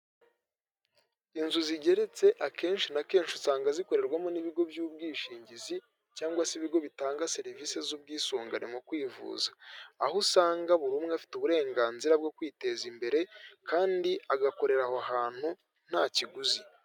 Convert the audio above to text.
Inzu zigeretse akenshi na kenshi usanga zikorerwamo n'ibigo by'ubwishingizi, cyangwa se ibigo bitanga serivisi z'ubwisungane mu kwivuza, aho usanga buri umwe afite uburenganzira bwo kwiteza imbere kandi agakorera aho hantu nta kiguzi.